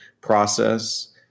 process